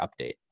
update